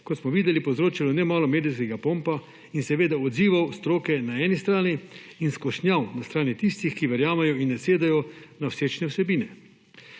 kot smo videli, povzročilo nemalo medijskega pompa in seveda odzivov stroke na eni strani, in skušnjav na strani tistih, ki verjamejo in nasedajo na všečne vsebine.